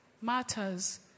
matters